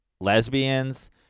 lesbians